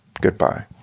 goodbye